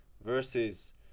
versus